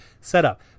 setup